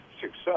success